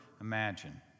imagine